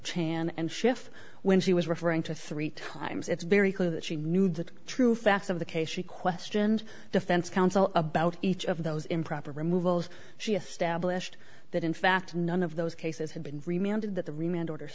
chan and shift when she was referring to three times it's very clear that she knew the true facts of the case she questioned defense counsel about each of those improper removals she established that in fact none of those cases had been remanded that the remained order